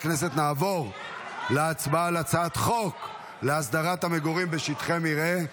להעביר את הצעת חוק להסדרת מגורים בשטחי מרעה,